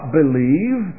believe